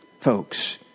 folks